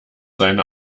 seine